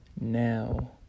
Now